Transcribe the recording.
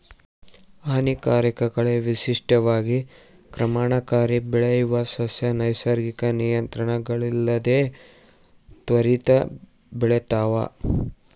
ಹಾನಿಕಾರಕ ಕಳೆ ವಿಶಿಷ್ಟವಾಗಿ ಕ್ರಮಣಕಾರಿ ಬೆಳೆಯುವ ಸಸ್ಯ ನೈಸರ್ಗಿಕ ನಿಯಂತ್ರಣಗಳಿಲ್ಲದೆ ತ್ವರಿತ ಬೆಳಿತಾವ